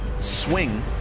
swing